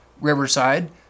Riverside